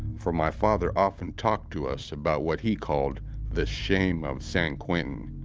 for my father often talked to us about what he called the shame of san quentin.